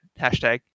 Hashtag